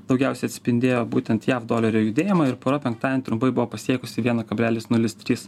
daugiausiai atspindėjo būtent jav dolerio judėjimą ir pora penktadienį trumpai buvo pasiekusi vieną kablelis nulis trys